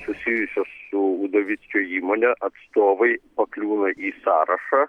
susijusios su udavickio įmone atstovai pakliūna į sąrašą